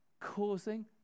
Causing